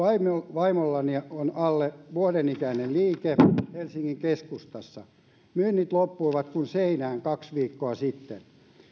vaimollani on alle vuoden ikäinen liike helsingin keskustassa myynnit loppuivat kuin seinään kaksi viikkoa sitten